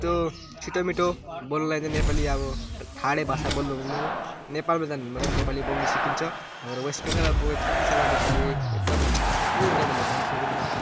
यस्तो छिटोमिठो बोल्नुलाई त नेपाली अब ठाडै भाषा बोल्नु मिल्दैन नेपालमा जानुभने नेपाली बोल्नु सिकिन्छ र वेस्ट बेङ्गलमा बोलेर चाहिँ त्यति साह्रो नेपाली एकदम प्योर नेपाली बोल्नु सकिँदैन